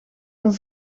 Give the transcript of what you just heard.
van